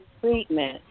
treatment